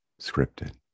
scripted